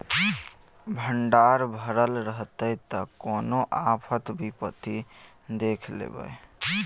भंडार भरल रहतै त कोनो आफत विपति देख लेबै